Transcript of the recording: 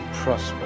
prosper